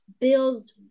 Bills